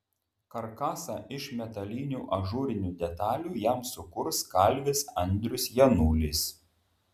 karkasą iš metalinių ažūrinių detalių jam sukurs kalvis andrius janulis